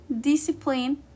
discipline